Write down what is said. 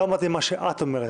לא אמרתי מה שאת אומרת.